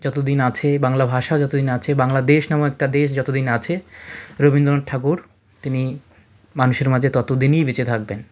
যত দিন আছে বাংলা ভাষা যত দিন আছে বাংলাদেশ নামক একটা দেশ যত দিন আছে রবীন্দ্রনাথ ঠাকুর তিনি মানুষের মাঝে তত দিনই বেঁচে থাকবেন